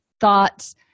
thoughts